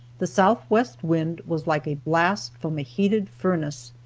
the southwest wind was like a blast from a heated furnace.